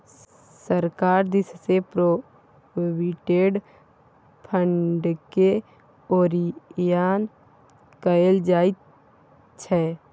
सरकार दिससँ प्रोविडेंट फंडकेँ ओरियान कएल जाइत छै